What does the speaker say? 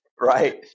right